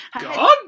Gone